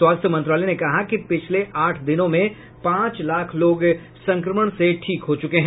स्वास्थ्य मंत्रालय ने कहा कि पिछले आठ दिनों में पांच लाख लोग संक्रमण से ठीक हो चुके हैं